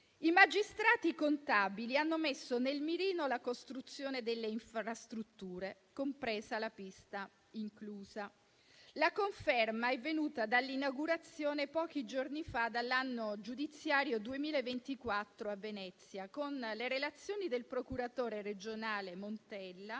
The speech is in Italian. I magistrati contabili hanno messo nel mirino la costruzione delle infrastrutture, compresa la pista inclusa. La conferma è venuta dall'inaugurazione, pochi giorni fa, dell'anno giudiziario 2024 a Venezia, con le relazioni del procuratore regionale Montella